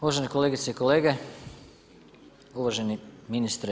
Uvažene kolegice i kolege, uvaženi ministre.